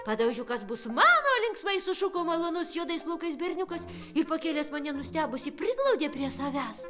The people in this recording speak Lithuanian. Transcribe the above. padaužiukas kas bus mano linksmai sušuko malonus juodais plaukais berniukas ir pakėlęs mane nustebusį priglaudė prie savęs